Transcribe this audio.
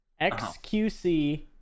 XQC